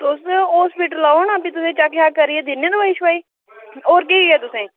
तुस हास्पिटल आओ न तुसेंगी चेक शेक करियै फ्ही दिन्ने आं दोआई शोआई होर केह् होई गेआ तुसेंगी